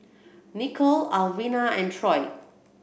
Nicole Alvina and Troy